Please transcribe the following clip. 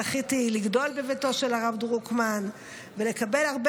זכיתי לגדול בביתו של הרב דרוקמן ולקבל הרבה